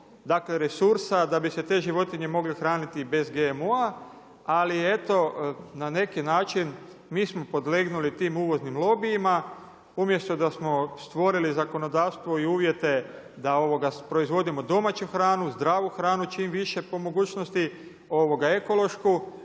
dovoljno resursa da bi se te životinje mogle hraniti i bez GMO-a, ali eto na neki način mi smo podlegnuli tim uvoznim lobijima umjesto da smo stvorili zakonodavstvo i uvjete da proizvodimo domaću hranu, zdravu hranu čim više po mogućnosti ekološku,